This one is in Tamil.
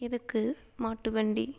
எதுக்கு மாட்டு வண்டி